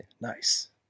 Nice